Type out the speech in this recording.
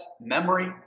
memory